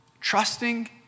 Trusting